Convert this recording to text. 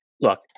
look